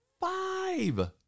Five